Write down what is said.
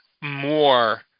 more